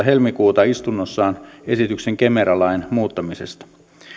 helmikuuta istunnossaan esityksen kemera lain muuttamisesta